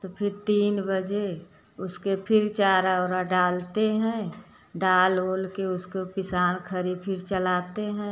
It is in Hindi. तो फिर तीन बजे उसके फिर चारा ओरा डालते हैं डाल ओल के उसको पिसान खरी फिर चलाते हैं